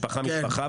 משפחה-משפחה,